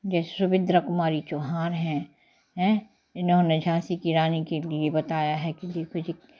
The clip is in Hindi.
जैसे सुबिद्रा कुमारी चौहान हैं हैं इन्होने झाँसी की रानी के लिए बताया है कि ये कोई